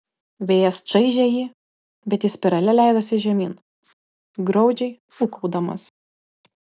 vėjas čaižė jį bet jis spirale leidosi žemyn graudžiai ūkaudamas